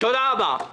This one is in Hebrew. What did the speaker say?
תודה רבה.